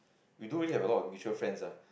we don't really have a lot of mutual friends ah